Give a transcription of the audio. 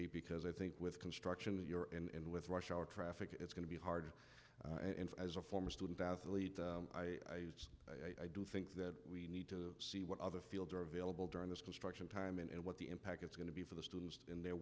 be because i think with construction that you're in with rush hour traffic it's going to be hard and as a former student athlete i just i do think that we need to see what other fields are available during this construction time and what the impact it's going to be for the students and their